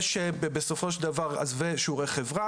יש גם שיעורי חברה.